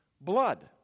Blood